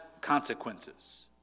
consequences